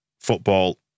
football